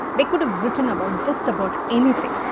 they could have written about just about anything.